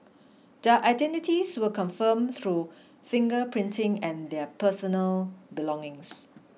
their identities were confirmed through finger printing and their personal belongings